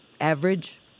average